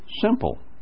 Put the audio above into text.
simple